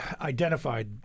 identified